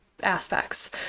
aspects